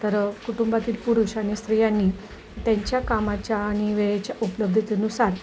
तर कुटुंबातील पुरुष आणि स्त्रियांनी त्यांच्या कामाच्या आणि वेळेच्या उपलब्धतेनुसार